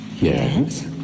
Yes